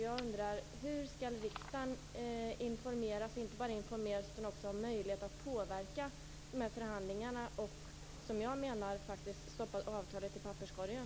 Jag undrar: Hur skall riksdagen informeras, och inte bara informeras utan också få möjlighet att påverka förhandlingarna och, som jag menar, stoppa avtalet i papperskorgen?